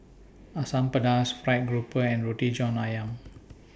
Asam Pedas Fried Grouper and Roti John Ayam